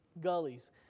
gullies